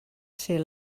ser